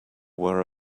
were